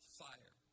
fire